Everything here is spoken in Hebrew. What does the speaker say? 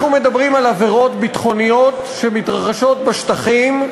אנחנו מדברים על עבירות ביטחוניות שמתרחשות בשטחים,